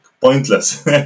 pointless